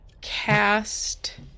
Cast